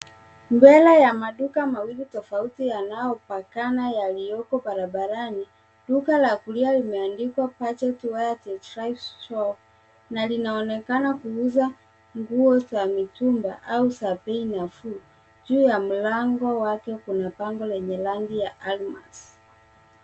Mbele ya maduka mawili tofauti, yanayopakana yaliyoko barabarani .Duka la kulia limeandikwa Budget wear: The thrift shop , na linaonekana kuuza nguo za mitumba au za bei nafuu. Juu ya mlango wake kuna bango lenye rangi ya alumat.